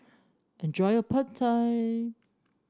enjoy your Pad Thai